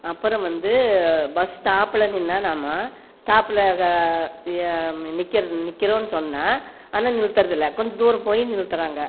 அப்புறோம் வந்து பஸ் ஸ்டாப்பில் நின்றா நம்ம ஸ்டாப்பில் நிற்கிற நிற்கிறோன் சொன்னால் ஆனால் நிறுத்துறதில்லை கொஞ்சம் தூரம் போய் நிறுத்துறாங்க